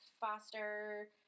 foster